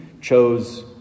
chose